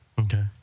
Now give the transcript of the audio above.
Okay